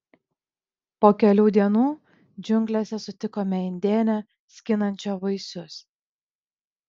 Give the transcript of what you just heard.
po kelių dienų džiunglėse sutikome indėnę skinančią vaisius